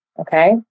Okay